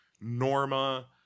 Norma